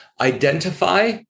Identify